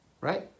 right